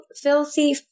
Filthy